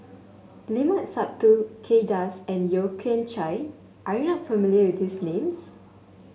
Limat Sabtu Kay Das and Yeo Kian Chye are you not familiar with these names